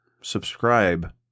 subscribe